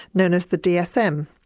known as the dsm,